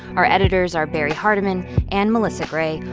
our editors are barrie hardymon and melissa gray.